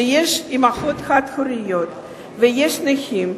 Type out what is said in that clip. שיש בה אמהות חד-הוריות ויש נכים,